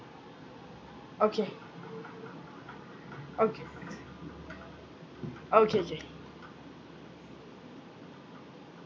okay okay okay okay